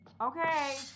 Okay